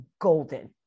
golden